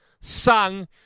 sung